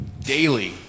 daily